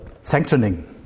sanctioning